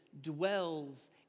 dwells